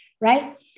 Right